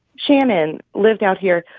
shannon lived out here.